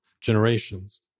generations